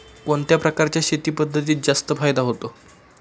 कोणत्या प्रकारच्या शेती पद्धतीत जास्त फायदा होतो?